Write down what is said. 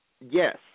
Yes